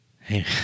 Hey